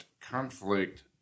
conflict